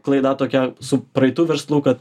klaida tokia su praeitu verslu kad